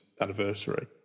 anniversary